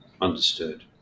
Understood